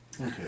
Okay